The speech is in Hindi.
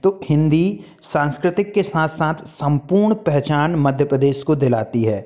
तो हिन्दी सांस्कृतिक के साथ साथ सम्पूर्ण पहचान मध्य प्रदेश को दिलाती है